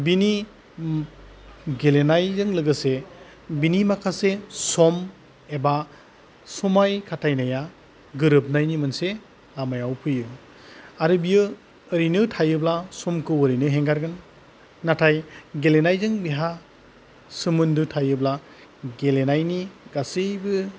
बिनि गेलेनायजों लोगोसे बिनि माखासे सम एबा समाय खाथायनाया गोरोबनायनि मोनसे लामायाव फैयो आरो बियो ओरैनो थायोब्ला समखौ ओरैनो हेंगारगोन नाथाय गेलेनायजों बेहा सोमोन्दो थायोब्ला गेलेनायनि गासैबो